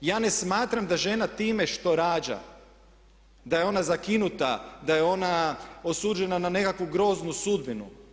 Ja ne smatram da žena time što rađa da je ona zakinuta, da je ona osuđena na nekakvu groznu sudbinu.